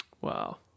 Wow